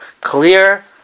clear